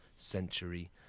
century